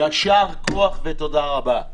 יישר כוח ותודה רבה.